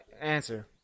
answer